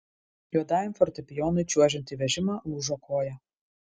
juodajam fortepijonui čiuožiant į vežimą lūžo koja